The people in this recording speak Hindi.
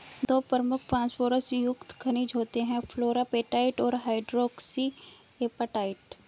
दो प्रमुख फॉस्फोरस युक्त खनिज होते हैं, फ्लोरापेटाइट और हाइड्रोक्सी एपेटाइट